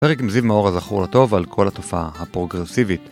פרק מזיו מאור הזכרו לטוב על כל התופעה הפרוגרסיבית